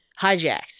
hijacked